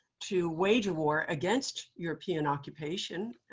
to wage a war against european occupation,